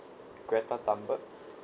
greta thunberg